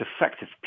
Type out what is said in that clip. effective